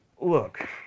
Look